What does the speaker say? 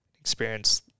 experience